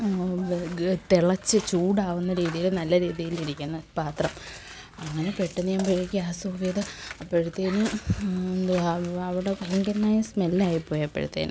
വേഗം തിളച്ച് ചൂടാവുന്ന രീതിയിൽ നല്ല രീതിയിൽ ഇരിക്കുന്ന പാത്രം അങ്ങനെ പെട്ടെന്നെയ്യുമ്പഴേ ഗ്യാസ് ഓഫ് ചെയ്തു അപ്പഴത്തേക്ക് എന്തുവാ അവിടെ ഭയങ്കരമായ സ്മെല്ലായി പോയി അപ്പോഴത്തേന്